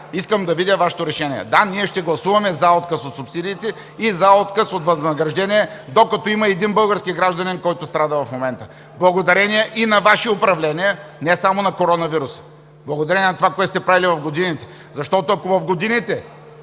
Искам да видя Вашето решение. Да, ние ще гласуваме „за“ отказ от субсидиите и „за“ отказ от възнаграждение, докато има един български гражданин, който страда в момента, благодарение и на Ваши управления, не само на коронавируса, благодарение на това, което сте правили в годините. Защото, ако в годините,